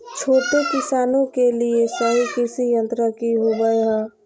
छोटे किसानों के लिए सही कृषि यंत्र कि होवय हैय?